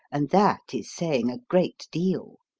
and that is saying a great deal.